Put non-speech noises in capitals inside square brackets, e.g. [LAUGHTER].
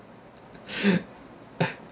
[LAUGHS]